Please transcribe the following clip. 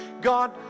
God